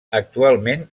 actualment